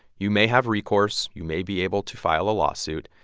you may have recourse. you may be able to file a lawsuit.